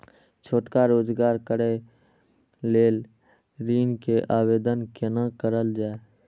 छोटका रोजगार करैक लेल ऋण के आवेदन केना करल जाय?